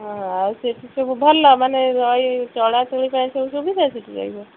ହଁ ଆଉ ସେଠି ସବୁ ଭଲମାନେ ରହି ଚଳାଚଳି ପାଇଁ ସବୁ ସୁବିଧା ସେଇଠି ରହିବ